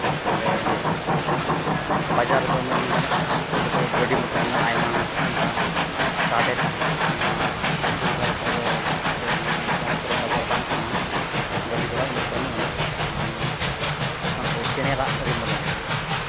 ᱱᱚᱰᱮ ᱵᱟᱡᱟᱨ ᱨᱮᱫᱚ ᱢᱮᱱᱜᱟᱱᱚᱜᱼᱟ ᱩᱱᱠᱩ ᱚᱸᱰᱮ ᱫᱚ ᱜᱟᱹᱰᱤ ᱢᱚᱴᱚᱨ ᱠᱚᱨᱮᱱᱟᱜ ᱟᱭᱢᱟ ᱱᱚᱝᱠᱟ ᱥᱟᱰᱮ ᱛᱟᱦᱮᱱᱟ ᱟᱨ ᱱᱚᱣᱟ ᱵᱩᱨᱩ ᱫᱷᱟᱨᱮ ᱠᱚᱨᱮᱜ ᱫᱚ ᱥᱮ ᱱᱚᱣᱟ ᱤᱭᱟᱹ ᱡᱟᱦᱟᱸ ᱠᱚᱨᱮᱜ ᱵᱟᱡᱟᱨ ᱵᱟᱝ ᱠᱟᱱᱟ ᱜᱟᱹᱰᱤ ᱜᱷᱚᱲᱟ ᱩᱱᱟᱹᱜ ᱵᱟᱹᱱᱩᱜᱼᱟ ᱮᱱᱠᱷᱟᱱ ᱱᱚᱣᱟ ᱠᱚᱨᱮᱜ ᱪᱮᱬᱮ ᱨᱟᱜ ᱟᱹᱰᱤ ᱢᱚᱡᱽ ᱟᱡᱚᱢᱜᱼᱟ